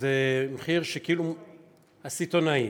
זה מחיר, הסיטונאי.